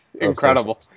Incredible